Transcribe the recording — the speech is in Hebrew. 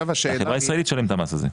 החברה הישראלית משלמת את המס הזה.